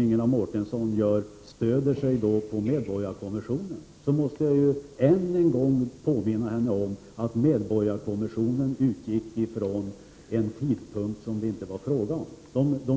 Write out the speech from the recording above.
Ingela Mårtensson stöder sig på medborgarkommissionen, och jag måste då än en gång påminna om att medborgarkommissionen utgick från en annan tidpunkt. Man